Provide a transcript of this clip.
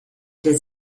der